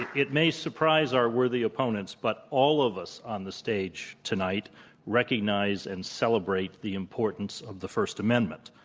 it may surprise our worthy opponents, but all of us on the stage tonight recognize and celebrate the importance of the first amendment,